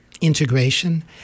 integration